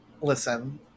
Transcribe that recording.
Listen